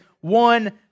one